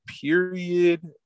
period